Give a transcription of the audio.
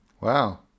Wow